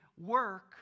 work